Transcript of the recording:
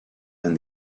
and